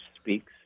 speaks